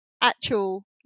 actual